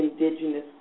indigenous